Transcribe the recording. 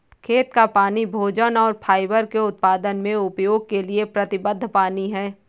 खेत का पानी भोजन और फाइबर के उत्पादन में उपयोग के लिए प्रतिबद्ध पानी है